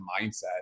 mindset